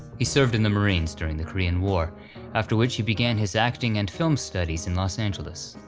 he served in the marines during the korean war after which he began his acting and film studies in los angeles.